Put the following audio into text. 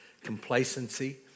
complacency